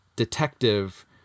Detective